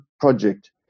project